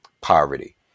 Poverty